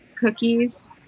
Cookies